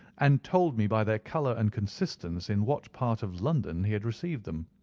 and told me by their colour and consistence in what part of london he had received them.